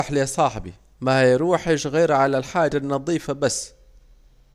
النحل يا صاحبي، ما هيروحش إلا على الحاجة النضيفة بس